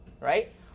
right